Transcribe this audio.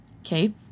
Okay